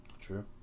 True